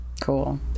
Cool